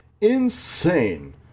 Insane